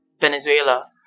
Venezuela